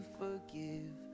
forgive